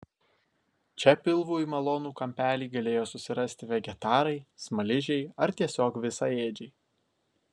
čia pilvui malonų kampelį galėjo susirasti vegetarai smaližiai ar tiesiog visaėdžiai